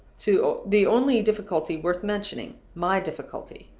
to the only difficulty worth mentioning my difficulty.